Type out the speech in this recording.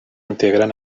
integren